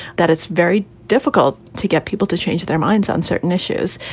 that it's very difficult to get people to change their minds on certain issues.